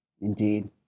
Indeed